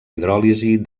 hidròlisi